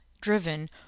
driven